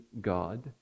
God